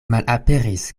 malaperis